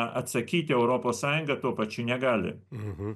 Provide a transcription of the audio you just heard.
atsakyti europos sąjunga tuo pačiu negali